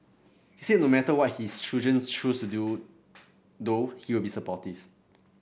he said no matter what his children choose to do though he'll be supportive